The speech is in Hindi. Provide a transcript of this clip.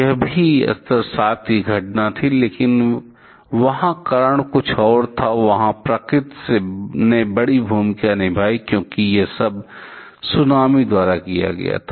वह भी स्तर 7 की घटना थी लेकिन वहाँ कारण कुछ और था और वहाँ प्रकृति ने एक बड़ी भूमिका निभाई क्योंकि सब कुछ सूनामी द्वारा शुरू किया गया था